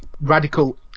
radical